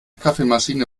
kaffeemaschine